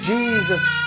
Jesus